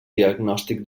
diagnòstic